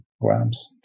grams